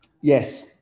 yes